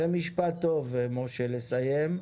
זה משפט טוב לסיים בו.